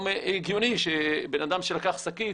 גם הגיוני שבן אדם שלקח שקית,